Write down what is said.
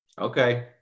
Okay